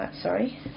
Sorry